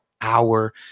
hour